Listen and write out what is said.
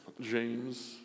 James